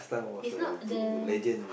he's not the